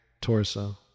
torso